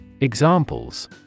Examples